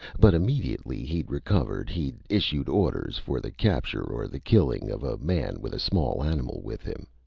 but immediately he'd recovered he'd issued orders for the capture or the killing of a man with a small animal with him,